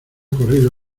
corrido